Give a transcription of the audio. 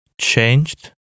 changed